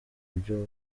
ibyo